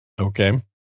Okay